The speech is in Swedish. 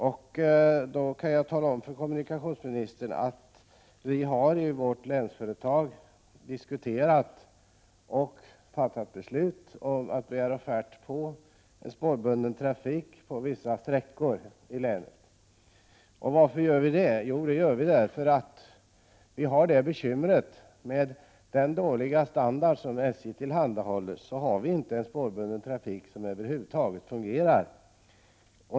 Jag kan tala om för kommunikationsministern att vi i vårt länsföretag har diskuterat saken och fattat beslut om att begära offert på en spårbunden trafik på vissa sträckor i länet. Varför gör vi det? Jo, därför att vi har bekymmer. Den dåliga standard som SJ uppvisar innebär faktiskt att vi inte har en spårbunden trafik som fungerar.